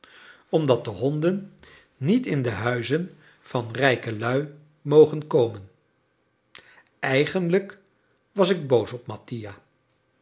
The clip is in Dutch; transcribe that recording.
omdat de honden niet in de huizen van rijke lui mogen komen eigenlijk was ik boos op mattia